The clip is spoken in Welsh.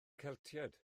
celtiaid